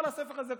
כל הספר הזה,